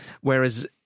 Whereas